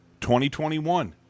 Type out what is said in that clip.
2021